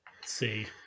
see